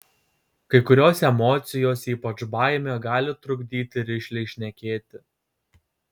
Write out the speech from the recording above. kai kurios emocijos ypač baimė gali trukdyti rišliai šnekėti